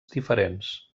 diferents